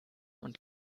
und